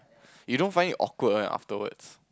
you don't find it awkward right afterwards